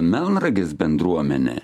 melnragės bendruomenė